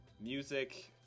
music